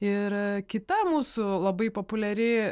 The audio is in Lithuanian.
ir kita mūsų labai populiari